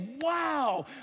wow